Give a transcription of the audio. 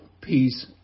peace